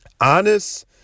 Honest